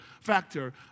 factor